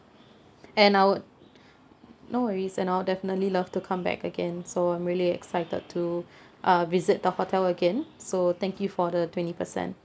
and I would no worries and I would definitely love to come back again so I'm really excited to uh visit the hotel again so thank you for the twenty percent